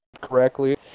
correctly